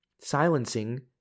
silencing